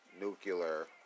nuclear